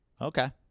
Okay